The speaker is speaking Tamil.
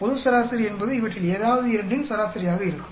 பொது சராசரி என்பது இவற்றில் ஏதாவது இரண்டின் சராசரியாக இருக்கும்